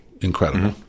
incredible